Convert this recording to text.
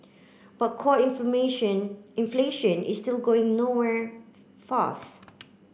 but core information inflation is still going nowhere fast